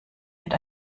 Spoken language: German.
mit